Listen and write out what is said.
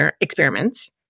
experiments